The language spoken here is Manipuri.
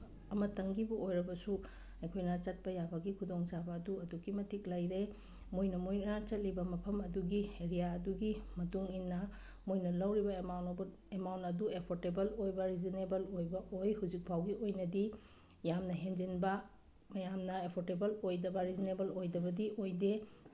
ꯑꯃꯇꯪꯒꯤꯕꯨ ꯑꯣꯏꯔꯕꯁꯨ ꯑꯩꯈꯣꯏꯅ ꯆꯠꯄ ꯌꯥꯕꯒꯤ ꯈꯨꯗꯣꯡꯆꯥꯕ ꯑꯗꯨ ꯑꯗꯨꯛꯀꯤ ꯃꯇꯤꯛ ꯂꯩꯔꯦ ꯃꯣꯏꯅ ꯃꯣꯏꯅ ꯆꯠꯂꯤꯕ ꯃꯐꯝ ꯑꯗꯨꯒꯤ ꯑꯦꯔꯤꯌꯥ ꯑꯗꯨꯒꯤ ꯃꯇꯨꯡ ꯏꯟꯅ ꯃꯣꯏꯅ ꯂꯧꯔꯤꯕ ꯑꯦꯃꯥꯎꯟ ꯑꯦꯃꯥꯎꯟ ꯑꯗꯨ ꯑꯦꯐꯣꯔꯗꯦꯕꯜ ꯑꯣꯏꯕ ꯔꯤꯖꯅꯦꯕꯜ ꯑꯣꯏꯕ ꯑꯣꯏ ꯍꯧꯖꯤꯛ ꯐꯥꯎꯒꯤ ꯑꯣꯏꯅꯗꯤ ꯌꯥꯝꯅ ꯍꯦꯟꯖꯤꯟꯕ ꯌꯥꯝꯅ ꯑꯦꯐꯣꯔꯗꯦꯕꯜ ꯑꯣꯏꯗꯕ ꯔꯤꯖꯅꯦꯕꯜ ꯑꯣꯏꯗꯕꯗꯤ ꯑꯣꯏꯗꯦ